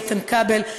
איתן כבל,